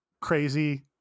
crazy